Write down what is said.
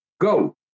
go